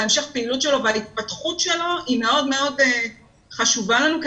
המשך הפעילות שלו וההתפתחות שלו היא מאוד מאוד חשובה לנו כי